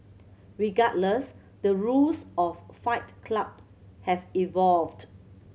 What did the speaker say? regardless the rules of Fight Club have evolved